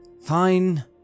Fine